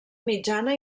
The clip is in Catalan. mitjana